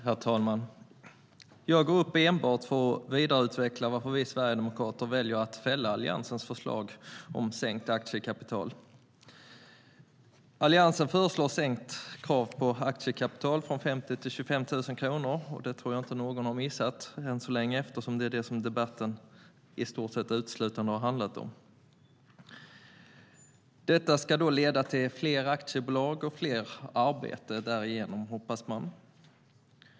Herr talman! Jag går upp i talarstolen enbart för att vidareutveckla varför vi sverigedemokrater väljer att fälla Alliansens förslag om sänkt aktiekapital. Alliansen föreslår en sänkning av kravet på aktiekapital från 50 000 till 25 000 kronor. Det tror jag inte att någon har missat, eftersom det är det som debatten i stort sett uteslutande har handlat om. Detta hoppas man ska leda till fler aktiebolag och fler arbeten.